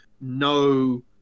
no